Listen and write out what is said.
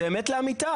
זו אמת לאמיתה.